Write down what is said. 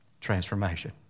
Transformation